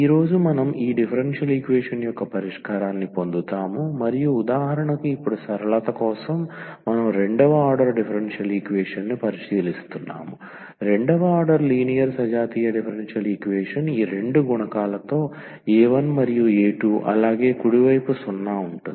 ఈ రోజు మనం ఈ డిఫరెన్షియల్ ఈక్వేషన్ యొక్క పరిష్కారాన్ని పొందుతాము మరియు ఉదాహరణకు ఇప్పుడు సరళత కోసం మనం రెండవ ఆర్డర్ డిఫరెన్షియల్ ఈక్వేషన్ ని పరిశీలిస్తున్నాము రెండవ ఆర్డర్ లీనియర్ సజాతీయ డిఫరెన్షియల్ ఈక్వేషన్ ఈ రెండు గుణకాలతో a1 మరియు a2 అలాగే కుడి వైపు 0 ఉంటుంది